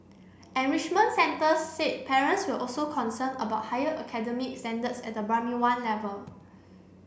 enrichment centres said parents were also concerned about higher academic standards at the Primary One level